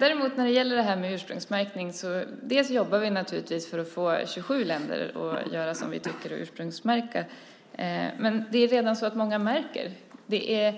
När det gäller ursprungsmärkning jobbar vi naturligtvis för att få 27 länder att göra som vi tycker och ursprungsmärka. Men det är redan så att många märker. Det är